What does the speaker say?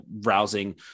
rousing